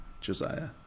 Josiah